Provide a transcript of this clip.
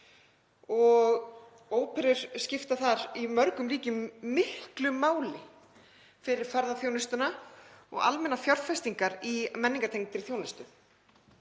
Óperur skipta þar í mörgum ríkjum miklu máli fyrir ferðaþjónustuna og almennar fjárfestingar í menningartengdri þjónustu.